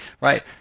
right